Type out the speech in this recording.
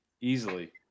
easily